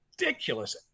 ridiculous